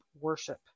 worship